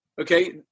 okay